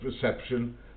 perception